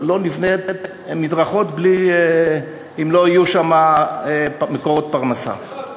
לא נבנה מדרכות אם לא יהיו שם מקורות פרנסה.